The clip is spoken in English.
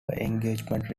engagement